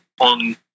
on